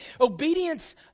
Obedience